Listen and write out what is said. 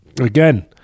again